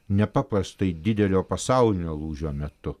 nepaprastai didelio pasaulinio lūžio metu